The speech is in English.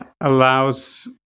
allows